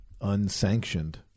unsanctioned